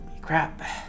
crap